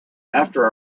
after